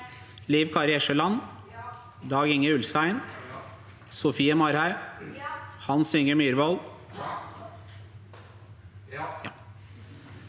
Liv Kari Eskeland, Dag-Inge Ulstein, Sofie Marhaug, Hans Inge Myrvold,